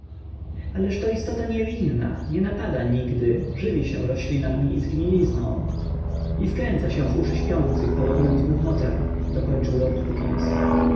ależ to istota niewinna nie napada nigdy żywi się roślinami i zgnilizną i wkręca się w uszy śpiących powodując głuchotę dokończył lord